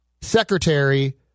secretary